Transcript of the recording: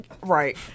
Right